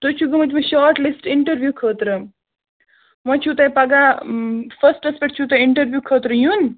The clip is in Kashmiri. تُہۍ چھو گٔمٕتۍ وۄنۍ شارٹ لِسٹہٕ اِنٹَروِو خٲطرٕ وۄنۍ چھُو تۄہہِ پگاہ فرسٹَس پٮ۪ٹھ چھُو تۄہہِ اِنٹَروِو خٲطرٕ یُن